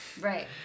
Right